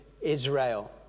Israel